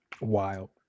wild